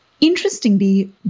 Interestingly